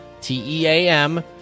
T-E-A-M